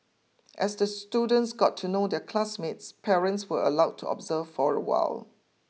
as the students got to know their classmates parents were allowed to observe for a while